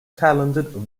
talented